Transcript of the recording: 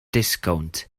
disgownt